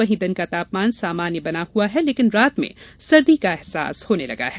वहीं दिन का तापमान सामान्य बना हुआ है लेकिन रात में सर्दी का एहसास होने लगा है